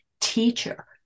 teacher